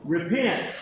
Repent